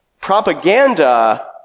Propaganda